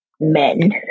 men